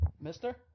mister